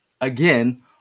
again